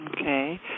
Okay